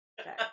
Okay